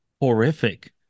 horrific